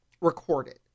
recorded